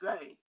say